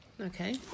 Okay